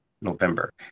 November